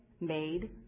made